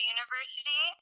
University